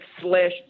slash